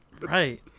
Right